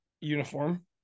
uniform